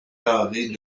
carrées